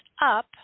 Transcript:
up